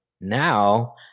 now